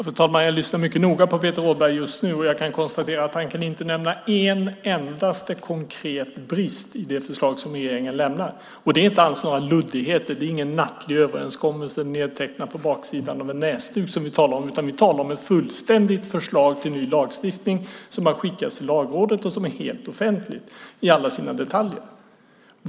Fru talman! Jag lyssnar mycket noga på Peter Rådberg just nu, och jag kan konstatera att han inte kan nämna en endaste konkret brist i det förslag som regeringen lämnar. Och det är inte alls några luddigheter. Det är ingen nattlig överenskommelse nedtecknad på baksidan av en näsduk som vi talar om, utan vi talar om ett fullständigt förslag till ny lagstiftning som har skickats till Lagrådet och som är helt offentligt i alla sina detaljer.